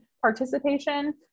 participation